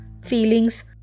feelings